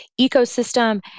ecosystem